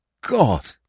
God